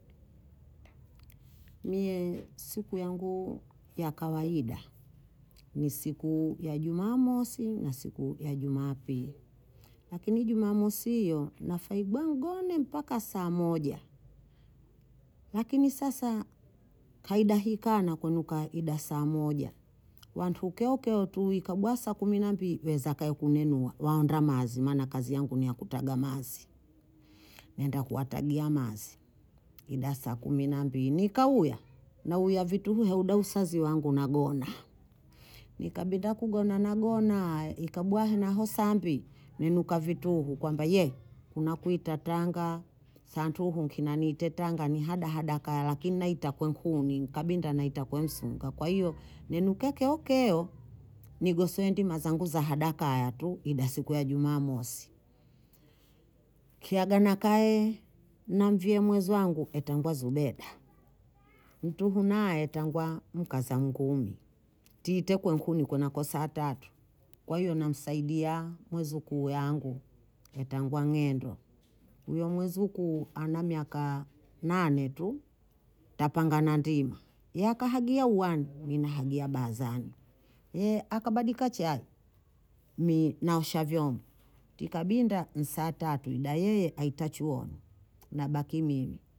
Mie siku yangu ya kawaida, ni siku ya jumaamosi na siku ya jumaapili, lakini jumaamosi hiyo nafaibwa mgone mpaka saa moja, lakini sasa kaida hii kana kwenu kaida saa moja, wantu keo keo tuikabwaa saa kumi na mbili, weza kaya kuniinua waondoza mazi maana kazi yangu ni ya kutaga mazi, naenda kuwatagia mazi, hida saa kumi na mbili, nikauya, nauya vituhu heuda usazi wangu nagona, nkabinda kugona, nagonaaa ikabwaha henaho saa mbili nenukaa vituhu kwamba yee kuna kuita tanga, santuhu kina niite tanga ni hada hada kalala lakini naita kwe nkuni nkabinda naita kwe msonga, kwa hiyo nenuke keo keo, nigosowe ndima zangu za hada kaya tu hida siku ya jumaamosi, kyagana kaye na mvyee mwezi wangu etangwa zubeda, mtuhu naye etangwa mkaza mngumi ttite kwe nkuni kunako saa tatu, kwa hiyo namsaidia mwezukuu yangu hetangwa ng'endo, huyo mwezukuu ana miakaaa nane tu, tapanga na ndima, ye akahagia uwani, mi nahagia baazani, ye akabadika chai, mii naosha vyombo, tikabinda nsaa tatu hida yeye aita chuoni, nabaki mimi